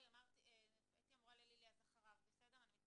האמת